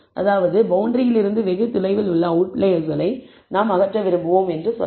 அதாவது பௌண்டரியிலிருந்து வெகு தொலைவில் உள்ள அவுட்லயர்ஸ்களை நாம் அகற்ற விரும்புவோம் என்று சொல்லலாம்